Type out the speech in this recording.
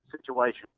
situation